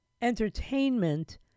entertainment